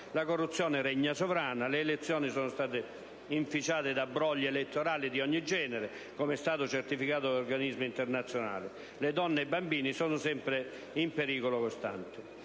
la corruzione regna sovrana, le elezioni sono state inficiate da brogli di ogni genere, come è stato certificato da organismi internazionali, le donne e i bambini sono sempre in pericolo costante.